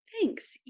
thanks